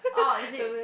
orh is it